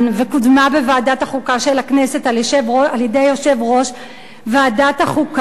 וקודמה בוועדת החוקה של הכנסת על-ידי יושב-ראש ועדת החוקה,